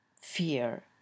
fear